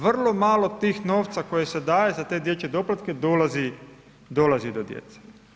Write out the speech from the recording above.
Vrlo malo tih novca koji se daje za te dječje doplatke dolazi do djece.